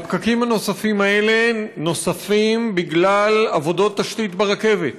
הפקקים הנוספים האלה נוספים בגלל עבודות תשתית ברכבת.